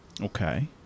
Okay